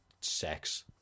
sex